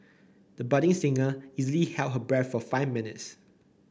the budding singer easily held her breath for five minutes